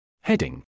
Heading